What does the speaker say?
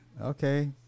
Okay